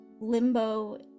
limbo